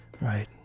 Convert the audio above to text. Right